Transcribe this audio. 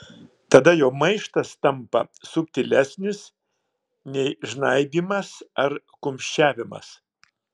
tada jo maištas tampa subtilesnis nei žnaibymas ar kumščiavimas